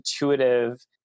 intuitive